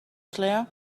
claire